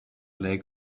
leg